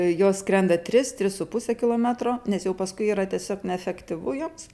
jos skrenda tris tris su puse kilometro nes jau paskui yra tiesiog neefektyvu joms